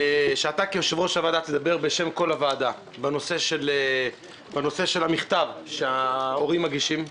שאתה כיושב-ראש הוועדה תדבר בשם כל הוועדה בנושא המכתב שההורים מגישים,